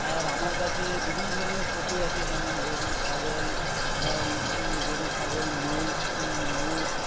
আর আমার কাছে বিভিন্ন ধরনের পশু আছে যেমন গরু ছাগল গরু ছাগল মোষ মোষ